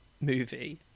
movie